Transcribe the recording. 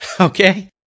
Okay